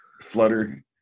flutter